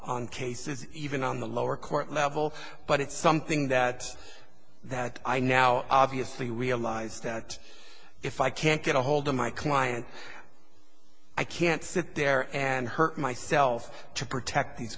on cases even on the lower court level but it's something that that i now obviously realize that if i can't get a hold of my client i can't sit there and hurt myself to protect these